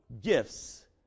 gifts